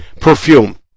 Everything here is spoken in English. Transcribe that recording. perfume